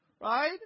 right